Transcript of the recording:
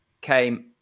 came